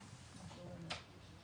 המקומיות.